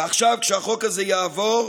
ועכשיו, כשהחוק הזה יעבור,